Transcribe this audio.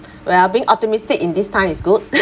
well being optimistic in this time is good